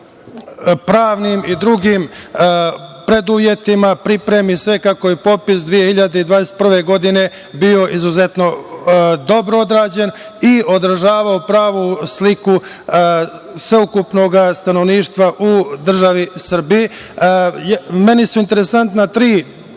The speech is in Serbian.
pravnim i drugim preduslovima pripremi sve kako bi popis 2021. godine bio izuzetno dobro odrađen i odražavao pravu sliku sveukupnog stanovništva u državi Srbiji. Interesantna su